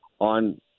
on